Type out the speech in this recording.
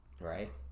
right